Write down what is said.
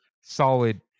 Solid